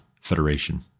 Federation